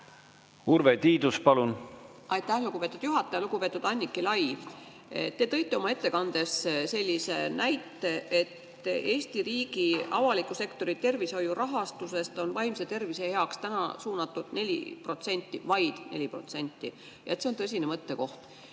Urve Tiidus, palun! Aitäh, lugupeetud juhataja! Lugupeetud Anniki Lai! Te tõite oma ettekandes sellise näite, et Eesti riigi avaliku sektori tervishoiurahastusest on vaimse tervise heaks suunatud 4%. Vaid 4% – see on tõsine mõttekoht.